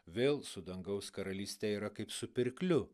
vėl su dangaus karalyste yra kaip su pirkliu